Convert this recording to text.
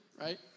right